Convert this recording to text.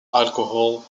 alcohol